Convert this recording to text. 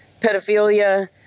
pedophilia